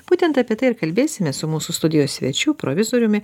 būtent apie tai ir kalbėsimės su mūsų studijos svečiu provizoriumi